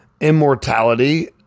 immortality